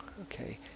Okay